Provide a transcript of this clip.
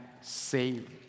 save